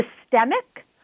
systemic